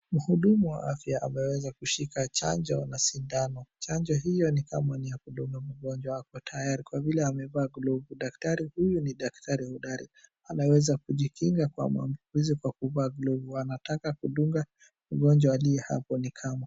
Mhudumu wa afya ameweza kushika chanjo na sindano, chanjo hiyo ni kama ni ya kudunga mgonjwa ako tayari kwa vile amevaa glovu, Daktari huyu ni daktari hodari anayeweza kujikinga kwa maambukizi kwa kuvaa glovu anataka kudunga mgonjwa aliye hapo ni kama.